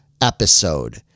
episode